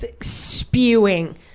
spewing